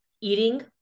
eating